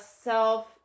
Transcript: self